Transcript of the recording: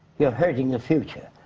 you're hurting the future.